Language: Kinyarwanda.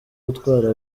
gutwara